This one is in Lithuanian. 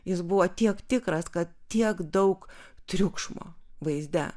jis buvo tiek tikras kad tiek daug triukšmo vaizde